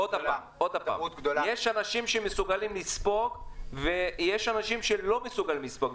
עוד פעם: יש אנשים שמסוגלים לספוג ויש אנשים שלא מסוגלים לספוג.